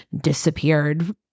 disappeared